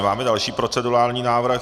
Máme další procedurální návrh.